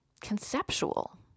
conceptual